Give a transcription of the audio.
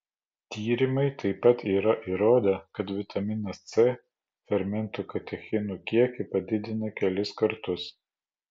tyrimai taip pat yra įrodę kad vitaminas c fermentų katechinų kiekį padidina kelis kartus